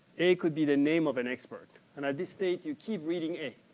a could be the name of an expert, and at this state you keep reading a.